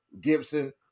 Gibson